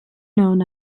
known